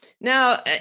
Now